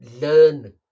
learn